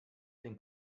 den